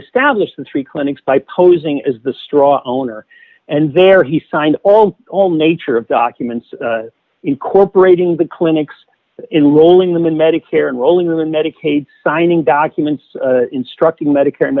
establish three clinics by posing as the straw owner and there he signed all all nature of documents incorporating the clinics in rolling them in medicare and rolling them medicaid signing documents instructing medicare